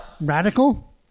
Radical